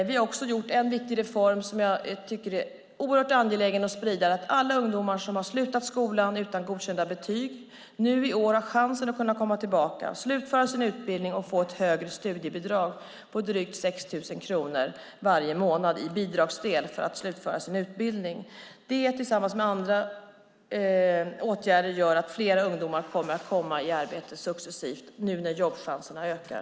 Vi har också genomfört en viktig reform som jag tycker är oerhört angeläget att sprida, att alla ungdomar som har slutat skolan utan godkända betyg från i år har chansen att komma tillbaka och slutföra sin utbildning och få ett högre studiebidrag, drygt 6 000 kronor varje månad. Detta tillsammans med andra åtgärder gör att fler ungdomar kommer i arbete successivt nu när jobbchanserna ökar.